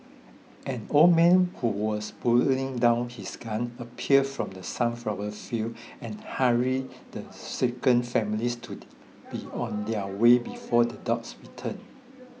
an old man who was pulling down his gun appeared from the sunflower fields and hurried the shaken family to be on their way before the dogs return